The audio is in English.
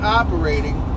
operating